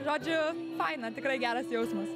žodžiu faina tikrai geras jausmas